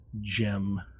gem